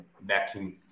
backing